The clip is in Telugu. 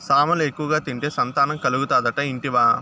సామలు ఎక్కువగా తింటే సంతానం కలుగుతాదట ఇంటివా